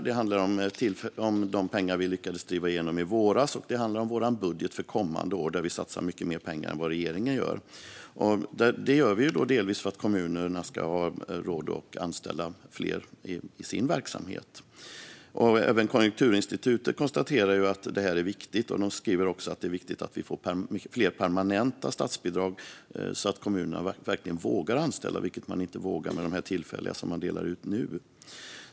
Det handlar om de pengar som vi lyckades driva igenom i våras, och det handlar om vår budget för kommande år där vi satsar mycket mer pengar än regeringen gör. Det gör vi delvis för att kommuner ska ha råd att anställa fler i sina verksamheter. Även Konjunkturinstitutet konstaterar att detta är viktigt och att det behövs fler permanenta statsbidrag så att kommunerna verkligen vågar anställa. Det gör de inte i dag med de tillfälliga bidrag som delas ut nu.